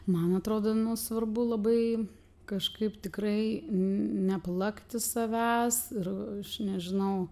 man atrodo nu svarbu labai kažkaip tikrai neplakti savęs ir aš nežinau